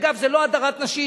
אגב, זה לא הדרת נשים